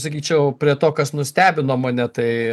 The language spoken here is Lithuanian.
sakyčiau prie to kas nustebino mane tai